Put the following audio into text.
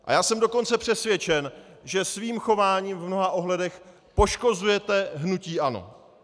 A já jsem dokonce přesvědčen, že svým chováním v mnoha ohledech poškozujete hnutí ANO.